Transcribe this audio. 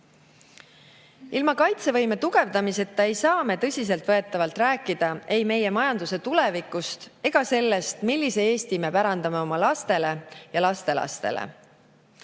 Ilma kaitsevõime tugevdamiseta ei saa me tõsiselt võetavalt rääkida ei meie majanduse tulevikust ega sellest, millise Eesti me pärandame oma lastele ja lastelastele.